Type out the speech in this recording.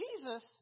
Jesus